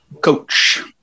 Coach